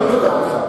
לא מתווכח אתך.